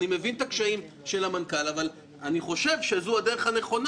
אני מבין את הקשיים של המנכ"ל אבל אני חושב שזו הדרך הנכונה